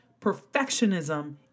Perfectionism